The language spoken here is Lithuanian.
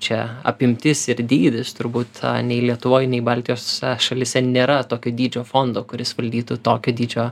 čia apimtis ir dydis turbūt nei lietuvoj nei baltijos šalyse nėra tokio dydžio fondo kuris valdytų tokio dydžio